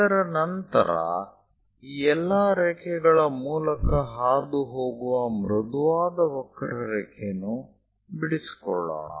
ಅದರ ನಂತರ ಈ ಎಲ್ಲಾ ರೇಖೆಗಳ ಮೂಲಕ ಹಾದುಹೋಗುವ ಮೃದುವಾದ ವಕ್ರರೇಖೆಯನ್ನು ಬಿಡಿಸಿಕೊಳ್ಳೋಣ